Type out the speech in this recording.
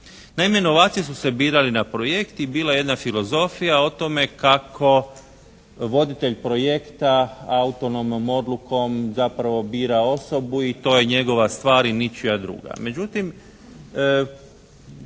Naime, novaci su se birali na projekt i bila je jedna filozofija o tome kako voditelj projekta autonomnom odlukom zapravo bira osobu i to je njegova stvar i ničija druga.